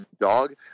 dog